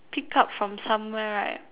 pick up from somewhere right